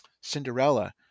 Cinderella